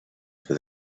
for